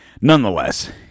nonetheless